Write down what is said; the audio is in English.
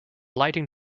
lighting